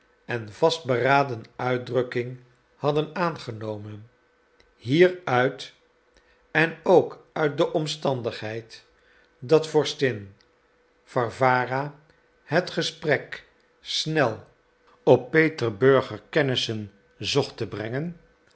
en vastberaden uitdrukking hadden aangenomen hieruit en ook uit de omstandigheid dat vorstin warwara het gesprek snel op peterburger kennissen zocht te brengen